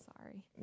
sorry